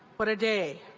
what a day,